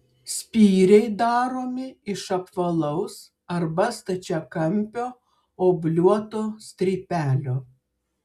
spyriai daromi iš apvalaus arba stačiakampio obliuoto strypelio